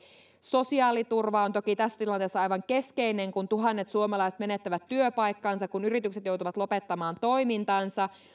sosiaaliturva on toki tässä tilanteessa aivan keskeinen kun tuhannet suomalaiset menettävät työpaikkansa kun yritykset joutuvat lopettamaan toimintansa